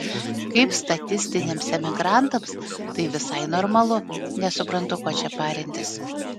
kaip statistiniams emigrantams tai visai normalu nesuprantu ko čia parintis